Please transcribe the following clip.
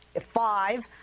five